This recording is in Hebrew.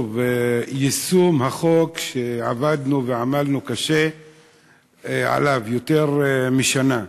ויישום החוק שעבדנו ועמלנו עליו קשה יותר משנה.